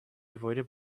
avoided